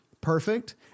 perfect